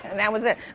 and that was it.